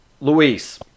Luis